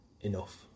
enough